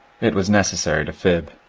it was necessary to fib.